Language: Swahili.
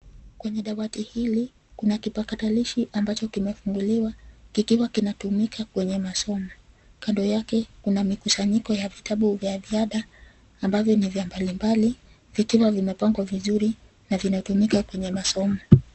Kwenye dawati hili kuna kipatakalishi ambacho kimefunguliwa kikiwa kinatumika kwenye masomo. Kando yake kuna mikusanyiko wa vitabu vya viada ambavyo ni vya mbalimbali vikiwa vimepangwa vizuri na vinatumika kwenye masomo.